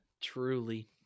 Truly